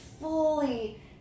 fully